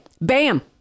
bam